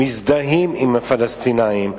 מזדהים עם הפלסטינים,